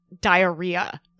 diarrhea